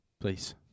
Please